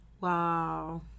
wow